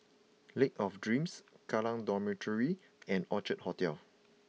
Lake of Dreams Kallang Dormitory and Orchard Hotel